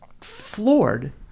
floored